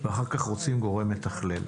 ואחר כך רוצים גורם מתכלל.